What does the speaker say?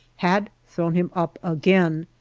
had thrown him up again,